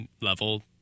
level